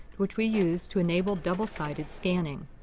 which we use to enable double-sided scanning.